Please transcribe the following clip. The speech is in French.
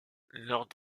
lors